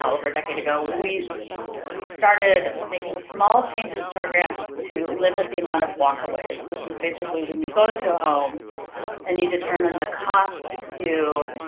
over a decade ago, we we started making small changes to our grants to limit the amount of walkaways, which is basically when you go into a home and you determine the cost to